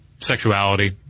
sexuality